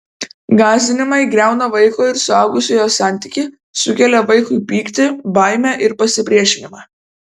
gąsdinimai griauna vaiko ir suaugusiojo santykį sukelia vaikui pyktį baimę ir pasipriešinimą